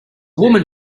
woman